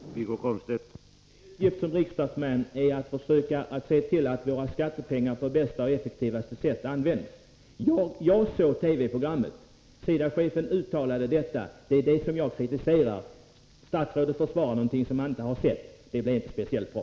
Herr talman! En uppgift för riksdagsmän är att försöka se till att våra skattepengar används på bästa och effektivaste sätt. Jag såg TV-programmet. SIDA-chefen gjorde detta uttalande. Det är det som jag kritiserat. Statsrådet försvarade någonting som han inte sett. Det blev inte speciellt bra.